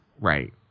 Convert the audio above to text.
right